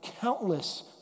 countless